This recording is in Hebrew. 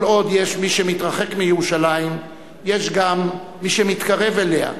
כל עוד יש מי שמתרחק מירושלים יש גם מי שמתקרב אליה,